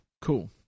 cool